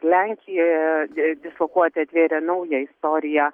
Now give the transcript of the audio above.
lenkijoje dislokuoti atvėrė naują istoriją